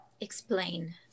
Explain